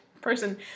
person